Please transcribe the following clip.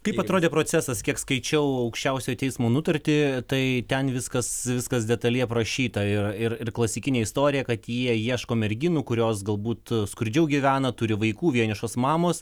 kaip atrodė procesas kiek skaičiau aukščiausiojo teismo nutartį tai ten viskas viskas detaliai aprašyta ir ir klasikinė istorija kad jie ieško merginų kurios galbūt skurdžiau gyvena turi vaikų vienišos mamos